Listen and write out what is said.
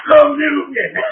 Communion